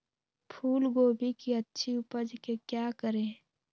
फूलगोभी की अच्छी उपज के क्या करे?